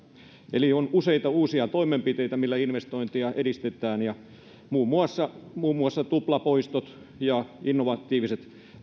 eli on useita uusia toimenpiteitä millä investointeja edistetään muun muassa muun muassa tuplapoistot ja innovatiiviset